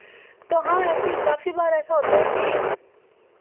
तो हाँ ऐसी काफ़ी बार ऐसा होता है कि